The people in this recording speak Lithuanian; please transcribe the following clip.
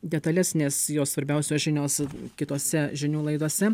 detalesnės jo svarbiausios žinios kitose žinių laidose